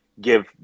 give